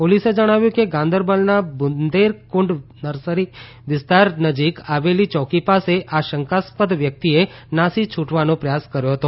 પોલીસે જણાવ્યું કે ગાંદરબલના બદેરકુંડ નર્સરી વીસ્તાર નજીક આવેલી ચોકી પાસે આ શંકાસ્પદ વ્યકિતએ નાસી છુટવાનો પ્રયાસ કર્યો હતો